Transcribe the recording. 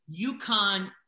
UConn